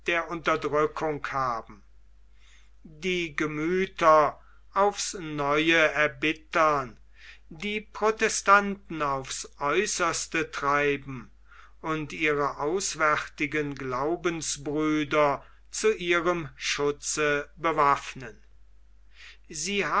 der unterdrückung haben die gemüther aufs neue erbittern die protestanten aufs äußerste treiben und ihre auswärtigen glaubensbrüder zu ihrem schutze bewaffnen sie